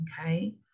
okay